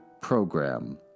program